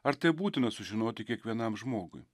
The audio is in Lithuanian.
ar tai būtina sužinoti kiekvienam žmogui